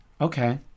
okay